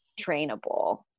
trainable